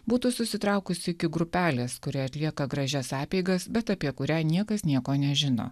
būtų susitraukusi iki grupelės kuri atlieka gražias apeigas bet apie kurią niekas nieko nežino